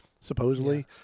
supposedly